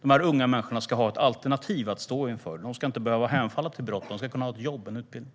Dessa unga människor ska ha ett alternativ att stå inför. De ska inte behöva hemfalla till brott, de ska kunna ha ett jobb och en utbildning.